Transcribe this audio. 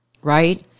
right